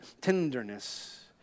tenderness